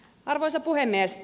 arvoisa puhemies